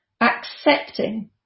Accepting